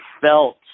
felt